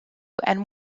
and